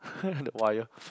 the wire